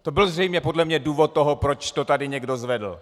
To byl zřejmě podle mě důvod toho, proč to tady někdo zvedl.